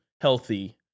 healthy